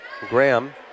Graham